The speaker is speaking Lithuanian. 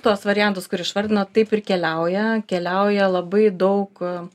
tuos variantus kur išvardinot taip ir keliauja keliauja labai daug